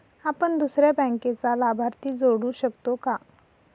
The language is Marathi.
आपण दुसऱ्या बँकेचा लाभार्थी जोडू शकतो का?